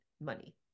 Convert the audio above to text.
money